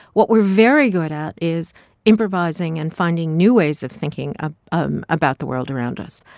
what we're very good at is improvising and finding new ways of thinking ah um about the world around us.